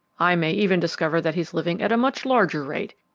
i may even discover that he's living at a much larger rate.